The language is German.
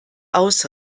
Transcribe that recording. aus